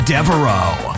Devereaux